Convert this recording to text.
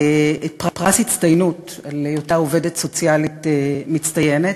פרס הצטיינות על היותה עובדת סוציאלית מצטיינת.